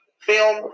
film